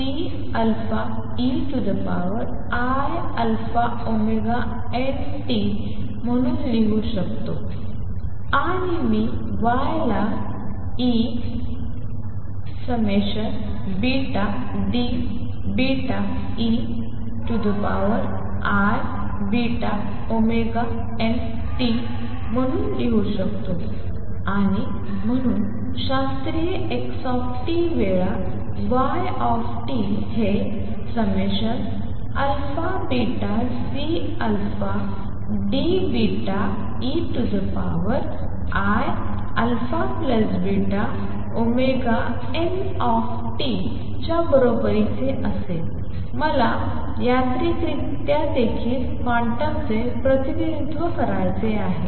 मी हे x देखील Ceiαωnt म्हणून लिहू शकतो आणि मी y ला Deiβωnt म्हणून लिहू शकतो आणि म्हणून शास्त्रीय x वेळा y हे αβCDeiαβωnt च्या बरोबरीचे असेल मला यांत्रिकरित्या देखील क्वांटमचे प्रतिनिधित्व करायचे आहे